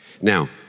Now